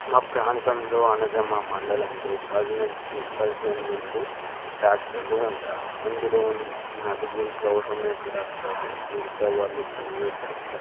మా ప్రాంతంలో అనగా మా మండలంలో పది నుంచి పదిహేను నుండి డాక్టర్లు ఉంటారు అందులోని నలుగురు గవర్నమెంట్ డాక్టర్లు మిగతా వాళ్ళు ప్రైవేట్ డాక్టర్లు